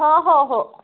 हो हो हो